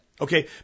Okay